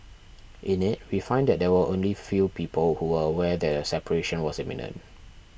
in it we find that there were only few people who were aware that a separation was imminent